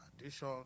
addition